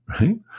right